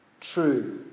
true